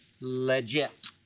legit